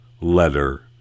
letter